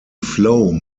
flow